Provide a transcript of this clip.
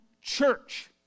church